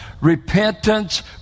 Repentance